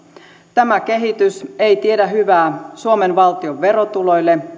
tämä kehitys ei tiedä hyvää suomen valtion verotuloille